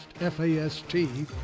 F-A-S-T